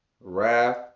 wrath